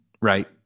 right